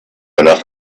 enough